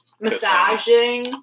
massaging